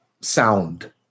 sound